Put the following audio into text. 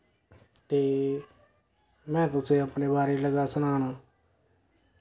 ते में तुसें अपने बारे लगा सनान